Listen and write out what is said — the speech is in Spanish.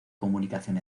comunicación